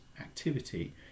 activity